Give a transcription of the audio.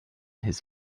his